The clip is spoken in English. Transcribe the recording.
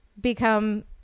become